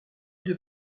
deux